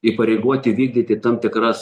įpareigoti vykdyti tam tikras